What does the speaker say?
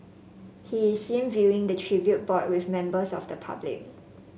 he is seen viewing the tribute board with members of the public